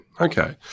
okay